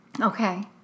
Okay